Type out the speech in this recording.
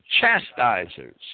chastisers